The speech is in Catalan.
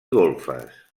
golfes